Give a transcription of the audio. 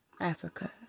Africa